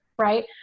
Right